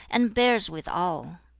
and bears with all.